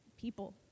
people